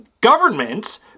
governments